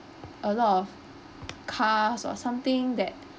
a lot of cars or something that